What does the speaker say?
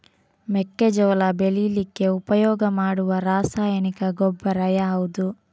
ಮೆಕ್ಕೆಜೋಳ ಬೆಳೀಲಿಕ್ಕೆ ಉಪಯೋಗ ಮಾಡುವ ರಾಸಾಯನಿಕ ಗೊಬ್ಬರ ಯಾವುದು?